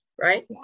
right